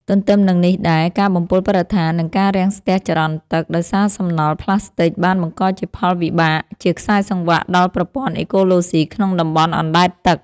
ទន្ទឹមនឹងនេះដែរ ការបំពុលបរិស្ថាន និងការរាំងស្ទះចរន្តទឹក ដោយសារសំណល់ផ្លាស្ទិក បានបង្កជាផលវិបាកជាខ្សែសង្វាក់ដល់ប្រព័ន្ធអេកូឡូស៊ីក្នុងតំបន់អណ្ដែតទឹក។